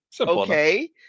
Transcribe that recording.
Okay